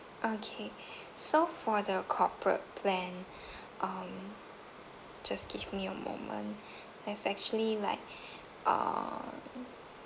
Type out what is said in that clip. okay so for the corporate plan um just give me a moment there's actually like uh